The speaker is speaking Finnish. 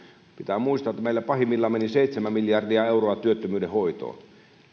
pitää muistaa että meillä pahimmillaan meni seitsemän miljardia euroa työttömyyden hoitoon nyt on